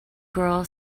girl